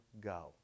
go